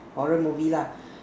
horror movie lah